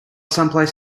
someplace